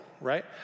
Right